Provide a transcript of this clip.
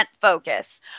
focus